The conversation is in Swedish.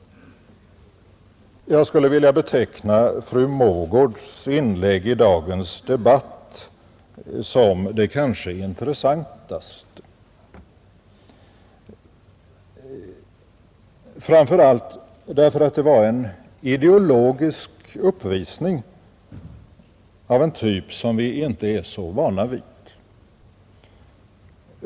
Jag skulle vilja beteckna fru Mogårds inlägg i dagens debatt som det kanske intressantaste, framför allt därför att det var en ideologisk uppvisning av en typ som vi inte är så vana vid.